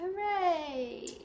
Hooray